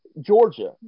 Georgia